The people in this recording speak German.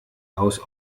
aus